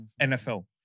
NFL